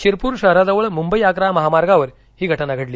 शिरपूर शहराजवळ मुंबई आग्रा महामार्गावर ही घटना घडली